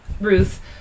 Ruth